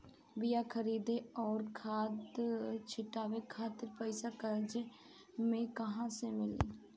बीया खरीदे आउर खाद छिटवावे खातिर पईसा कर्जा मे कहाँसे मिली?